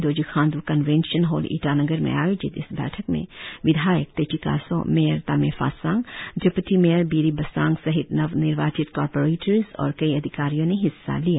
Dorjee Khandu convention hall Itanagar में आयोजित इस बैठक में विधायक Techi Kaso mayor Tame Phassang deputy mayor Biri Basang सहित नवनिर्वाचित कोरपोरेटर्स और कई अधिकारियों ने हिस्सा लिया